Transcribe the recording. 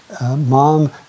Mom